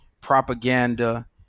propaganda